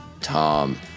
Tom